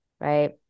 right